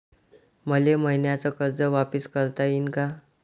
मले मईन्याचं कर्ज वापिस करता येईन का?